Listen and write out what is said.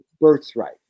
birthright